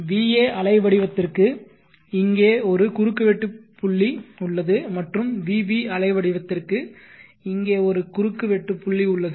va அலைவடிவத்திற்கு இங்கே ஒரு குறுக்குவெட்டு புள்ளி உள்ளது மற்றும் vb அலைவடிவத்திற்கு இங்கே ஒரு குறுக்குவெட்டு புள்ளி உள்ளது